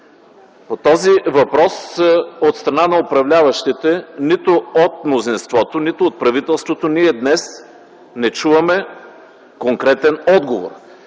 По този въпрос от страна на управляващите – нито от мнозинството, нито от правителството, ние днес не чуваме конкретен отговор.